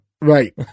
right